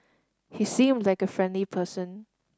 he seemed like a friendly person